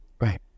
Right